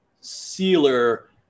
sealer